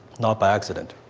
not by accident.